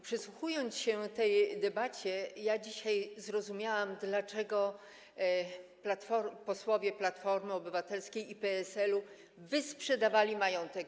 Przysłuchując się tej debacie, ja dzisiaj zrozumiałam, dlaczego posłowie Platformy Obywatelskiej i PSL-u wysprzedawali majątek.